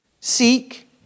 Seek